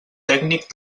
tècnic